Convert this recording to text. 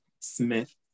Smith